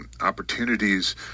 opportunities